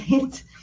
right